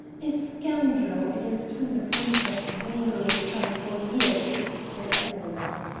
a scoundrel against whom the police have vainly tried for years to secure evidence.